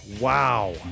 Wow